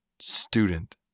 student